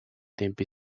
tempi